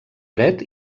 dret